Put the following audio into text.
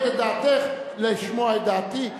מכבד את דעתך לשמוע את דעתי.